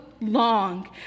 long